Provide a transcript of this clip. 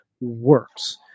works